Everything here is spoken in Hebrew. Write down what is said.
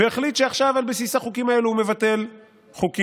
ובזמן שחוקקו אותם אמרו במפורש: לא